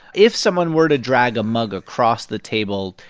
if someone were to drag a mug across the table,